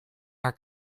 our